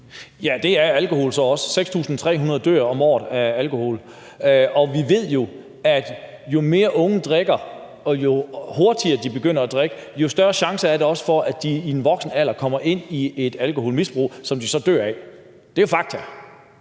Det er alkohol så også. 6.300 dør om året på grund af alkohol. Og vi ved, at jo mere unge drikker, og jo hurtigere de begynder at drikke, jo større chance er der også for, at de i en voksenalder kommer ind i et alkoholmisbrug, som de så dør af. Det er jo fakta.